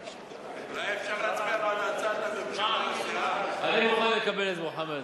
אולי אפשר להצביע, אני מוכן לקבל את זה, מוחמד.